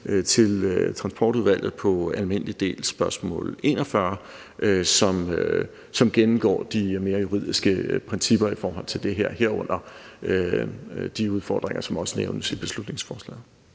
til Transportudvalget som svar på alm. del, spørgsmål 41, som gennemgår de mere juridiske principper i det her, herunder de udfordringer, som også nævnes i beslutningsforslaget.